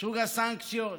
סוג הסנקציות,